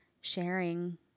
sharing